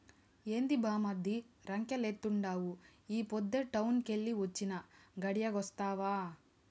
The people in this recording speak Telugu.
ఏంది బామ్మర్ది రంకెలేత్తండావు ఈ పొద్దే టౌనెల్లి వొచ్చినా, గడియాగొస్తావా